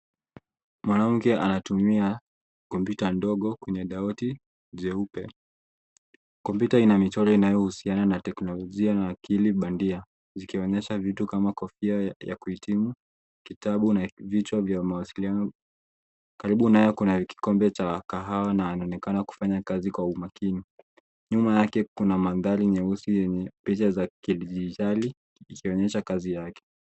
Mwanamke anatumia kompyuta ndogo kwenya dawati jeupe. Kompyuta ina michoro inayohusiana na teknolojia na akili bandia, zikionesha vitu kama vile kofia ya kuhitimu, kitabu na vichwa vya mawasiliano. Karibu nayo kuna kikombe cha kahawa na anaonekana kufanya kazi kwa umakini. Nyuma yake kuna magari meusi yenye picha za kidijitali ikionyesha kazi yake.